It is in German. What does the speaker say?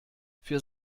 für